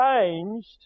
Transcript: changed